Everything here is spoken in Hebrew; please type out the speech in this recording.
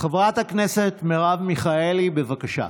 חברת הכנסת מרב מיכאלי, בבקשה.